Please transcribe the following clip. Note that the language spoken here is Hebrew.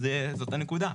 וזאת הנקודה,